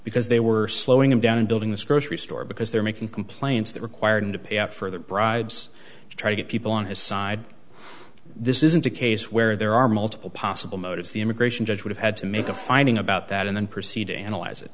because they were slowing him down in building this grocery store because they're making complaints that required to pay out further bribes to try to get people on his side this isn't a case where there are multiple possible motives the immigration judge would have had to make a finding about that and then proceed to analyze it